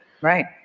Right